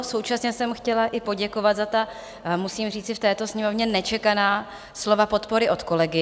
Současně jsem chtěla i poděkovat za ta musím říci v této Sněmovně nečekaná slova podpory od kolegyň.